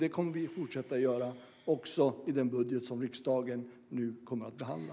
Det kommer vi att fortsätta att göra också i den budget som riksdagen nu kommer att behandla.